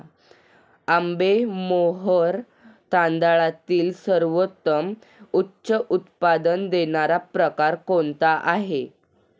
आंबेमोहोर तांदळातील सर्वोत्तम उच्च उत्पन्न देणारा प्रकार कोणता आहे?